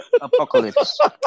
apocalypse